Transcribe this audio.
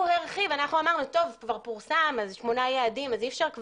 הוא הרחיב, אנחנו אמרנו, טוב אז פורסם אז אי אפשר.